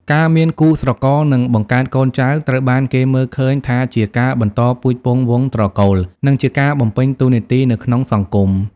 ការមានគូស្រករ និងបង្កើតកូនចៅ ត្រូវបានគេមើលឃើញថាជាការបន្តពូជពង្សវង្សត្រកូល និងជាការបំពេញតួនាទីនៅក្នុងសង្គម ។